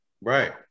Right